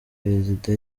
perezida